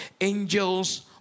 Angels